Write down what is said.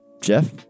Jeff